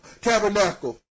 tabernacle